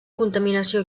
contaminació